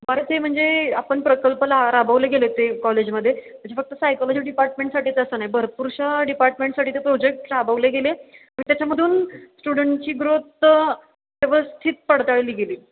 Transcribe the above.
बरं ते म्हणजे आपण प्रकल्प ला राबवले गेले ते कॉलेजमध्ये त्याची फक्त सायकोलजी डिपार्टमेंटसाठी तसं नाही भरपूरशा डिपार्टमेंटसाठी ते प्रोजेक्ट राबवले गेले आणि त्याच्यामधून स्टुडंटची ग्रोथ व्यवस्थित पडताळली गेली